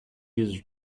user